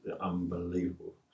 unbelievable